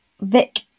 vic